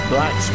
Black